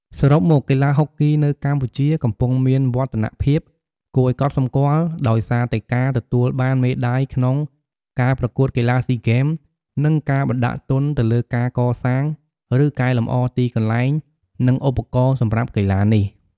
សរុបមក កីឡាហុកគីនៅកម្ពុជាកំពុងមានវឌ្ឍនភាពគួរឱ្យកត់សម្គាល់ ដោយសារតែការទទួលបានមេដាយក្នុងការប្រកួតកីឡាស៊ីហ្គេម និងការបណ្ដាក់ទុនទៅលើការកសាង ឬកែលម្អទីកន្លែង និងឧបករណ៍សម្រាប់កីឡានេះ។